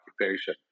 occupation